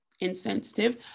insensitive